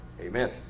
Amen